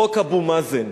חוק אבו מאזן,